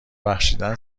بخشیدن